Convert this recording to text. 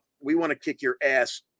we-want-to-kick-your-ass